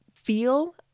Feel